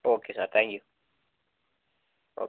okay sir thank you okay